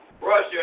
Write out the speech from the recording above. Russia